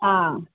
आं